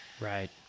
right